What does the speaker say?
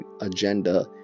agenda